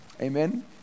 Amen